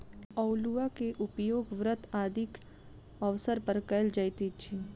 अउलुआ के उपयोग व्रत आदिक अवसर पर कयल जाइत अछि